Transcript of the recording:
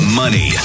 money